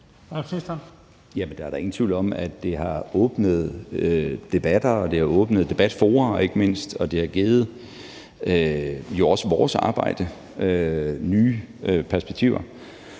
Tak for det.